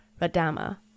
Radama